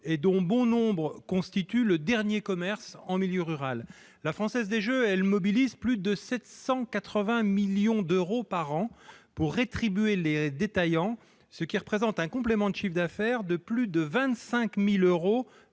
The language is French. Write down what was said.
pour bon nombre d'entre eux, le dernier commerce en milieu rural. La Française des jeux mobilise annuellement plus de 780 millions d'euros pour rétribuer les détaillants, ce qui représente un complément de chiffre d'affaires de plus de 25 000 euros